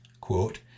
quote